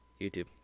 YouTube